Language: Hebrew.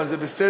אבל זה בסדר,